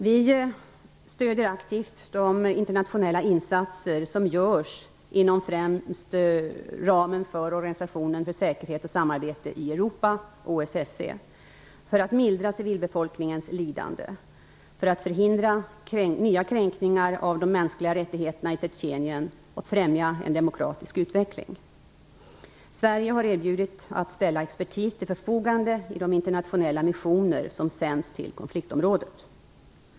Vi understödjer aktivt de internationella insatser som görs främst inom ramen för Organisationen för säkerhet och samarbete i Europa, OSSE, för att mildra civilbefolkningens lidande och förhindra nya kränkningar av de mänskliga rättigheterna i Tjetjenien och för att främja en demokratisk utveckling. Sverige har erbjudit att ställa expertis till förfogande i de internationella missioner som sänds till konfliktområdet.